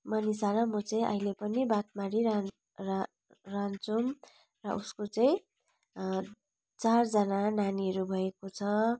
मनिसा र म चाहिँ अहिले पनि बात मारी रा रहन्छौँ र उसको चाहिँ चारजना नानीहरू भएको छ